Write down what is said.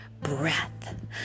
breath